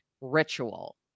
ritual